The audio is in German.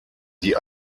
die